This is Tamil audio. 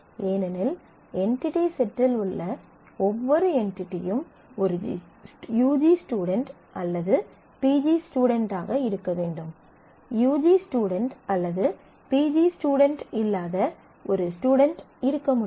ஏனெனில் என்டிடி செட்டில் உள்ள ஒவ்வொரு என்டிடியும் ஒரு UG ஸ்டுடென்ட் அல்லது PG ஸ்டுடென்ட் ஆக இருக்க வேண்டும் UG ஸ்டுடென்ட் அல்லது PG ஸ்டுடென்ட் இல்லாத ஒரு ஸ்டுடென்ட் இருக்க முடியாது